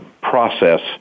process